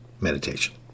meditation